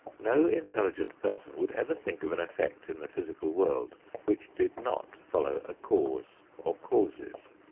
no intelligent person would ever think of an effect in the physical world which did not follow a cause or causes.